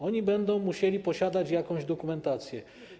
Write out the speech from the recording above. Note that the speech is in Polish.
Oni będą musieli posiadać jakąś dokumentację.